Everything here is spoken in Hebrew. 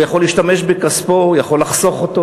הוא יכול להשתמש בכספו, הוא יכול לחסוך אותו.